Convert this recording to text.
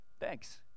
Thanks